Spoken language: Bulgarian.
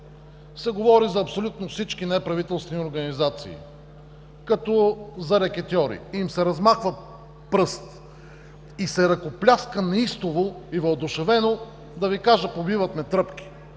се говори за абсолютно всички неправителствени организации като за рекетьори и им се размахва пръст, и се ръкопляска неистово и въодушевено, да Ви кажа – побиват ме тръпки.